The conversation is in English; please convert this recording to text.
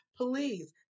Please